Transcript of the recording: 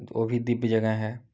वह भी दिव्य जगह है